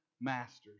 masters